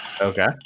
Okay